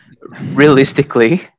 realistically